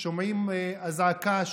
שומעים אזעקה,